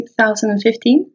2015